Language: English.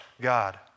God